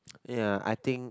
ya I think